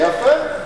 יפה.